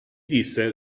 disse